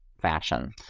fashion